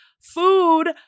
food